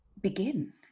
begin